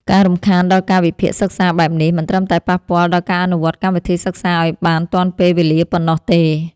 ការរំខានដល់កាលវិភាគសិក្សាបែបនេះ មិនត្រឹមតែប៉ះពាល់ដល់ការអនុវត្តកម្មវិធីសិក្សាឱ្យបានទាន់ពេលវេលាប៉ុណ្ណោះទេ។